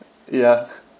ya